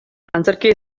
antzerkia